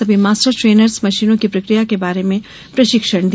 सभी master trainers मशीनों की प्रकिया के बारे में प्रशिक्षण दिया